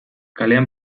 kalean